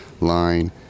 line